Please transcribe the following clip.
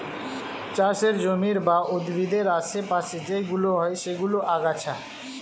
চাষের জমির বা উদ্ভিদের আশে পাশে যেইগুলো হয় সেইগুলো আগাছা